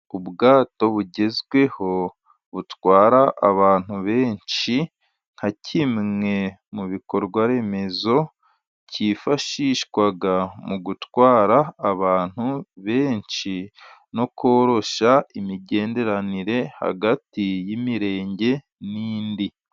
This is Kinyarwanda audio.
Ubwato bugezweho butwara abantu benshi, nka kimwe mu bikorwa remezo cyifashishwa mu gutwara abantu benshi, no koroshya imigenderanire hagati y'imirenge n'indi.